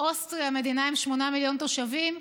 אוסטריה מדינה עם 8 מיליון תושבים,